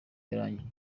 yarangiye